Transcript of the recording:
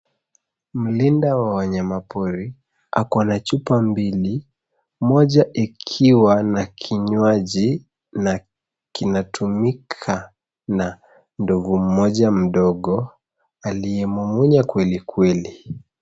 Mlinda wa wanyama pori ako na chupa mbili moja ikiwa na kinywaji na kinatumika na ndovu moja mdogo aliye mumunya kweli kweli.